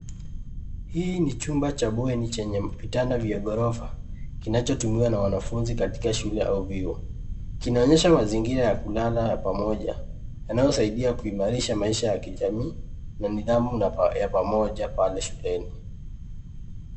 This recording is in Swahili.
Hii ni chumba cha bweni chenye vitanda vya ghorofa kinachotumiwa na wanafunzi katika shule au vyuo. Kinaonyesha mazingira ya kulala ya pamoja yanayosaidia kuimarisha maisha ya kijamii na nidhamu ya pamoja pale shuleni.